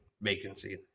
vacancy